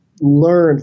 learn